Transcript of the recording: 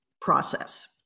process